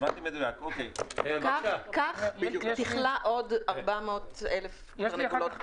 כך תכלא עוד 400,000 תרנגולות בכלוב.